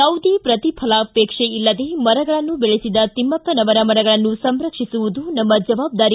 ಯಾವುದೇ ಪ್ರತಿಫಲಾಪೇಕ್ಷ ಇಲ್ಲದೆ ಮರಗಳನ್ನು ಬೆಳೆಸಿದ ತಿಮ್ಮಕ್ತನವರ ಮರಗಳನ್ನು ಸಂರಕ್ಷಿಸುವುದು ನಮ್ಮ ಜವಾಬ್ದಾರಿ